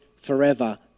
forever